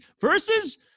versus